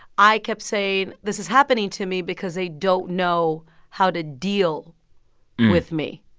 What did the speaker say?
i kept saying, this is happening to me because they don't know how to deal with me.